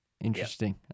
interesting